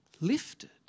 lifted